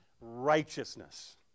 righteousness